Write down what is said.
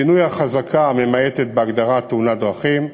שינוי החזקה הממעטת בהגדרת "תאונת דרכים"